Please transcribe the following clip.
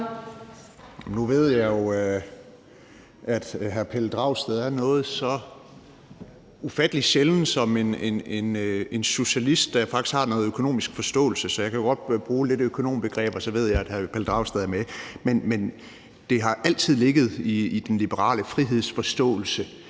Nu ved jeg jo, at hr. Pelle Dragsted er noget så ufattelig sjældent som en socialist, der faktisk har noget økonomisk forståelse, så jeg kan jo godt lidt bruge nogle økonombegreber, og så ved jeg, at hr. Pelle Dragsted er med. Det har altid ligget i den liberale frihedsforståelse,